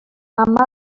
amb